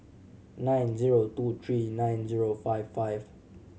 nine zero two three nine zero five five